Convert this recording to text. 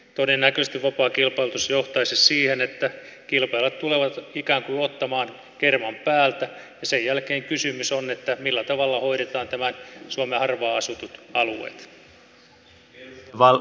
todennäköisesti vapaa kilpailutus johtaisi siihen että kilpailijat tulevat ikään kuin ottamaan kerman päältä ja sen jälkeen kysymys on siitä millä tavalla hoidetaan suomen harvaan asutut alueet